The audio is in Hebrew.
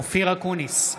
אופיר אקוניס,